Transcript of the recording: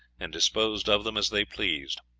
and disposed of them as they pleased.